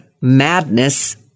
madness